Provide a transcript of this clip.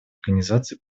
организации